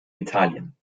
italien